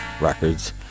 Records